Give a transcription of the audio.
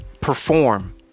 perform